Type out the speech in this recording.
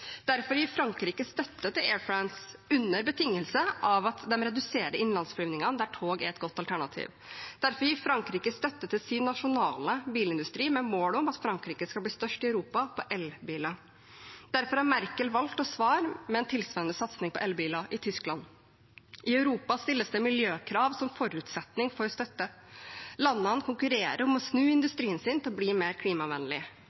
Derfor gir Frankrike støtte til Air France på betingelse av at de reduserer innlandsflyvningene der tog er et alternativ. Derfor gir Frankrike støtte til sin nasjonale bilindustri med mål om at Frankrike skal bli størst i Europa på elbiler. Derfor har Merkel valgt å svare med en tilsvarende satsing på elbiler i Tyskland. I Europa stilles det miljøkrav som forutsetning for støtte. Landene konkurrerer om å snu